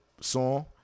song